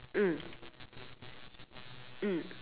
mm mm